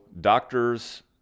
doctors